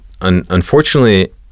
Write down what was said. unfortunately